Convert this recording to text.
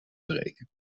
breken